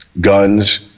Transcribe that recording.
guns